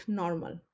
normal